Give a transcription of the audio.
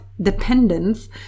dependence